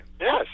Yes